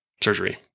surgery